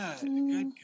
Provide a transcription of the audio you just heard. good